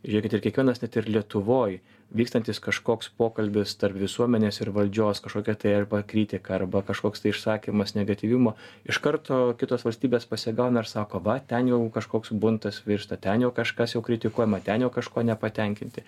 žiūrėkit ir kiekvienas net ir lietuvoj vykstantis kažkoks pokalbis tarp visuomenės ir valdžios kažkokia tai arba kritika arba kažkoks tai išsakymas negatyvumo iš karto kitos valstybės pasigauna ir sako va ten jau kažkoks buntas virsta ten jau kažkas jau kritikuojama ten jau kažko nepatenkinti